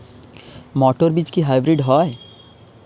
মটর বীজ কি হাইব্রিড হয়?